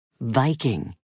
Viking